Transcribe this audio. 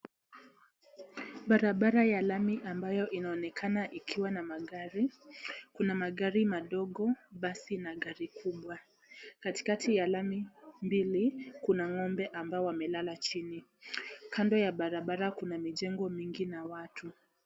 Barabara ya lami ambayo inaonekana ikiwa na magari, kuna magari madogo, basi na gari kubwa katikati ya lami mbili kuna ng'ombe ambayo wamelala jini. Kando ya barabara kuna mijengo mingi na watu.